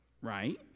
right